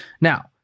Now